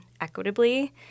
equitably—